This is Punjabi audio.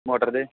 ਮੋਟਰ ਦੇ